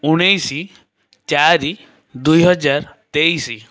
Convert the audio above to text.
ଉଣେଇଶ ଚାରି ଦୁଇହଜାର ତେଇଶ